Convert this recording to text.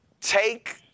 take